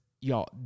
y'all